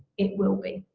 it will be.